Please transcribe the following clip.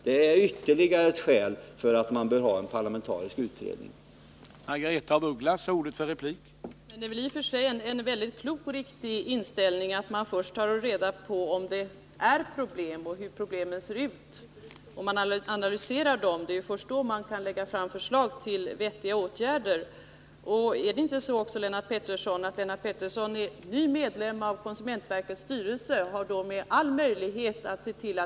Det är ytterligare ett skäl för att en parlamentarisk utredning bör tillsättas.